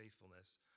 faithfulness